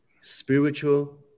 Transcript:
spiritual